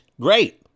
great